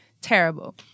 terrible